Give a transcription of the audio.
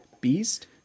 Beast